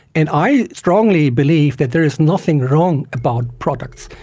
and i strongly believe that there is nothing wrong about products.